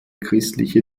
christliche